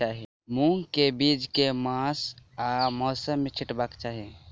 मूंग केँ बीज केँ मास आ मौसम मे छिटबाक चाहि?